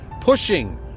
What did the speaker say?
pushing